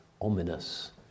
ominous